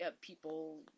people